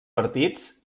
partits